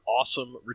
awesome